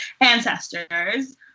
ancestors